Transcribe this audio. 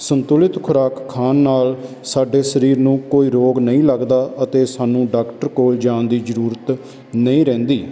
ਸੰਤੁਲਿਤ ਖੁਰਾਕ ਖਾਣ ਨਾਲ ਸਾਡੇ ਸਰੀਰ ਨੂੰ ਕੋਈ ਰੋਗ ਨਹੀਂ ਲੱਗਦਾ ਅਤੇ ਸਾਨੂੰ ਡਾਕਟਰ ਕੋਲ ਜਾਣ ਦੀ ਜ਼ਰੂਰਤ ਨਹੀਂ ਰਹਿੰਦੀ